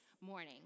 morning